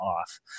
off